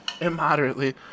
immoderately